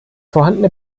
vorhandene